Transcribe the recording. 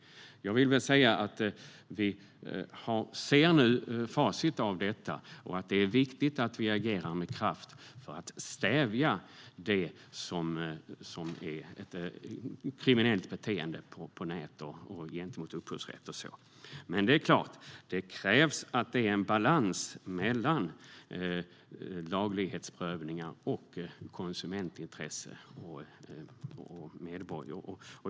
Jag vill påstå att vi nu ser facit av detta, och det är viktigt att vi agerar med kraft för att stävja det som är kriminellt beteende på nätet och gentemot upphovsrätt och sådant. Men det är klart att det kräver balans mellan laglighetsprövningar och konsumentintresse.